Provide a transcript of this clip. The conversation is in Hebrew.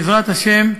בעזרת השם,